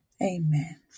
Amen